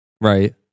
Right